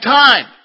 time